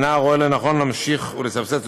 אינה רואה לנכון להמשיך לסבסד את